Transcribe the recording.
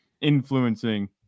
influencing